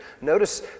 Notice